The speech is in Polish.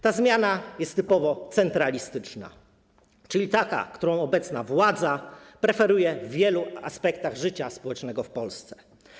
Ta zmiana jest typowo centralistyczna, czyli taka, którą obecna władza preferuje w wielu aspektach życia społecznego w Polsce.